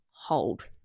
hold